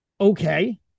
okay